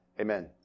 Amen